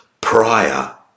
prior